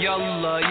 Yalla